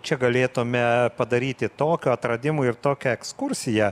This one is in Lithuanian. čia galėtume padaryti tokių atradimų ir tokią ekskursiją